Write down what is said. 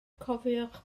cofiwch